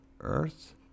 earth